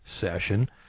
session